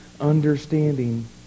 understanding